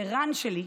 ערן שלי,